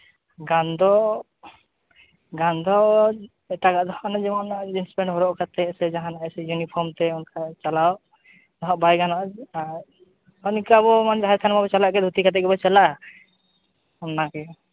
ᱜᱟᱱ ᱫᱚ ᱜᱟᱱ ᱫᱚ ᱮᱴᱟᱜᱟᱜ ᱫᱚ ᱦᱟᱸᱜ ᱡᱮᱢᱚᱱ ᱡᱤᱱᱥ ᱯᱮᱱ ᱦᱚᱨᱚᱜ ᱠᱟᱛᱮ ᱥᱮ ᱡᱟᱦᱟᱱᱟᱜ ᱮᱭᱥᱮ ᱤᱭᱩᱱᱤᱯᱷᱚᱨᱢ ᱛᱮ ᱚᱱᱠᱟ ᱪᱟᱞᱟᱣ ᱫᱚ ᱦᱟᱸᱜ ᱵᱟᱭ ᱜᱟᱱᱚᱜᱼᱟ ᱟᱨ ᱠᱟᱹᱢᱤ ᱠᱷᱟᱱ ᱵᱚ ᱢᱟᱱᱮ ᱡᱟᱦᱟᱸ ᱥᱮᱱ ᱵᱚ ᱪᱟᱞᱟᱜ ᱜᱮᱭᱟ ᱫᱷᱩᱛᱤ ᱠᱟᱛᱮ ᱜᱮᱵᱚ ᱪᱟᱞᱟᱜᱼᱟ ᱚᱱᱟ ᱜᱮ